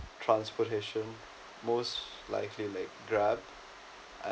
transportation most likely like grab and